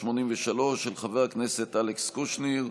83, של חבר הכנסת אלכס קושניר,